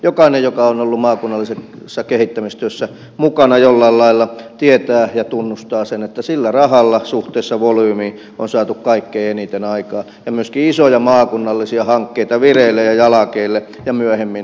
jokainen joka on ollut maakunnallisessa kehittämistyössä mukana jollain lailla tietää ja tunnustaa sen että sillä rahalla suhteessa volyymiin on saatu kaikkein eniten aikaan ja myöskin isoja maakunnallisia hankkeita vireille ja jalkeille ja myöhemmin toteutettua